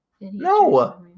No